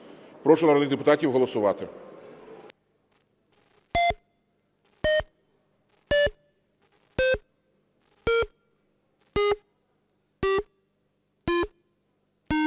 Прошу народних депутатів голосувати.